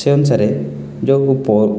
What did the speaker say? ସେଇ ଅନୁସାରେ ଯେଉଁ ପ